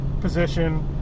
position